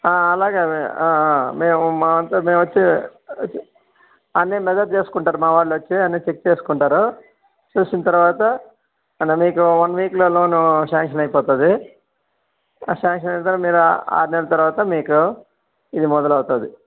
అలాగ అదే మేము మా అంతట మేము వచ్చి అన్నీ మెషర్ చేసుకుంటారు మావళ్ళు వచ్చి అన్నీ చెక్ చేసుకుంటారు చేసిన తర్వాత ఇంక మీకు వన్వీక్లో లోన్ శాంక్షన్ అయిపోతుంది ఆ శాంక్షన్ అయిన తరువాత మీరు ఆరు నెలల తర్వాత మీకు ఇల్లు మొదలు అవుతుంది